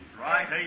Right